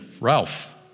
Ralph